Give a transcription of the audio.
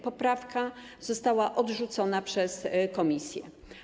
Poprawka została odrzucona przez komisje.